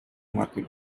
market